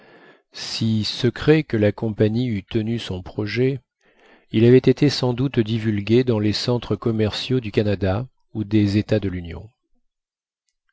si secret que la compagnie eût tenu son projet il avait été sans doute divulgué dans les centres commerciaux du canada ou des états de l'union